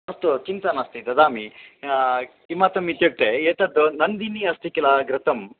अस्तु चिन्ता नास्ति ददामि किमर्थम् इत्युक्ते एतद् नन्दिनी अस्ति किल घृतम्